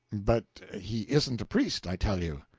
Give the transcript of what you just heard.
but he isn't a priest, i tell you.